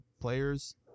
Players